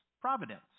providence